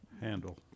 handle